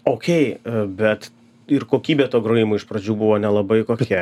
okei bet ir kokybė to grojimo iš pradžių buvo nelabai kokia